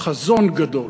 חזון גדול.